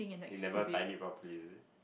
they never time it properly is it